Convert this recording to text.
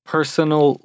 Personal